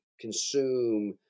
consume